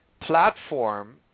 platform